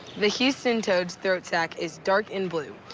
the houston toads' throat sack is dark in blue.